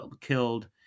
killed